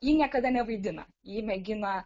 ji niekada nevaidina ji mėgina